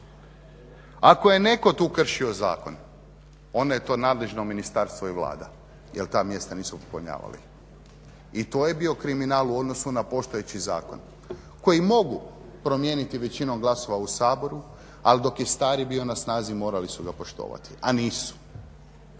Ako je netko tu kršio zakon, onda je to nadležno ministarstvo i Vlada jer ta mjesta nismo popunjavali i to je bio kriminal u odnosu na postojeći zakon koji mogu promijeniti većinom glasova u Saboru, ali dok je stari na snazi morali su ga poštovati, a nisu.